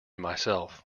myself